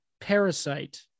parasite